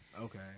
Okay